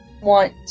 want